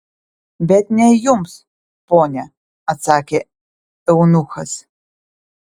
bet ne jums ponia atsakė eunuchas